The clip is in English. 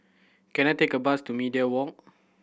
can I take a bus to Media Walk